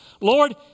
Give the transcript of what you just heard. Lord